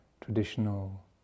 traditional